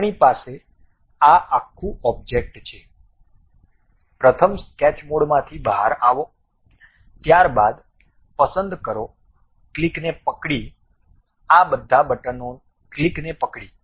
હવે આપણી પાસે આ આખું ઓબ્જેક્ટ છે પ્રથમ સ્કેચ મોડમાંથી બહાર આવો ત્યારબાદ પસંદ કરો ક્લિકને પકડી આ બધા બટનો ક્લિકને પકડી